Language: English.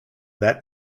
that